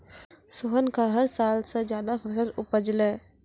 सोहन कॅ हर साल स ज्यादा फसल उपजलै